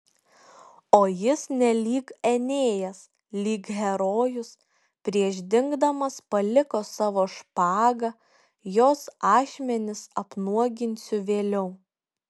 o jis nelyg enėjas lyg herojus prieš dingdamas paliko savo špagą jos ašmenis apnuoginsiu vėliau